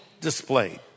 displayed